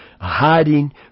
hiding